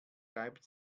reibt